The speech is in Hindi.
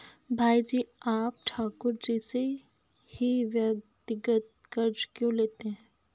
भाई जी आप ठाकुर जी से ही व्यक्तिगत कर्ज क्यों लेते हैं?